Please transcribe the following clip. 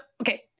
okay